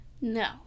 No